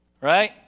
Right